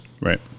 Right